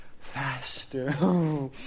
faster